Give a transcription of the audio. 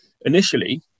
initially